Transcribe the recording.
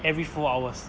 every four hours